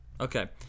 Okay